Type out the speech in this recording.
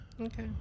Okay